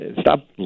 stop